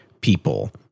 people